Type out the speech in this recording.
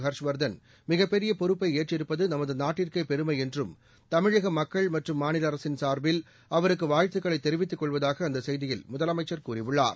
ஹா்ஷ்வா்தன் மிகப்பெரிய பொறுப்பை ஏற்றிருப்பது நமது நாட்டிற்கே பெருமை என்றும் தமிழக மக்கள் மற்றும் மாநில அரசின் சார்பில் அவருக்கு வாழ்த்துக்களை தெரிவித்துக் கொள்வதாக அந்த செய்தியில் முதலமைச்சர் கூறியுள்ளார்